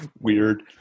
Weird